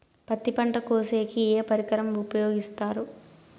పత్తి పంట కోసేకి ఏ పరికరం ఉపయోగిస్తారు?